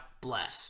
bless